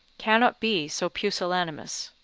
cannot be so pusillanimous.